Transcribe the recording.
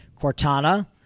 Cortana